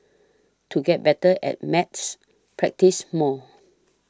to get better at maths practise more